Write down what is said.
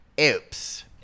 Oops